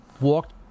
walked